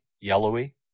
Yellowy